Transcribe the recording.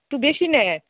একটু বেশি নেন